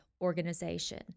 organization